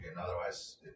Otherwise